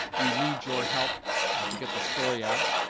we need your help to get the story out.